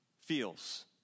feels